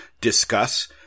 discuss